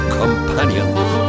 companions